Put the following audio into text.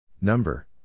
Number